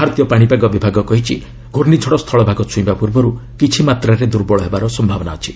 ଭାରତୀୟ ପାଣିପାଗ ବିଭାଗ କହିଛି ଘର୍ଣ୍ଣିଝଡ଼ ସ୍ଥଳଭାଗ ଛୁଇଁବା ପୂର୍ବରୁ କିଛିମାତ୍ରାରେ ଦୁର୍ବଳ ହେବାର ସମ୍ଭାବନା ଅଛି